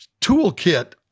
toolkit